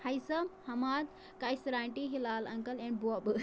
ہیسَم حماد کیثرآنٹی Hilal uncle and بوبہٕ